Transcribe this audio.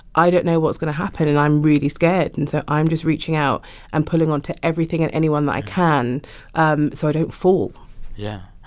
i don't know what's going to happen, and i'm really scared. and so i'm just reaching out and pulling onto everything and anyone i can um so i don't fall yeah.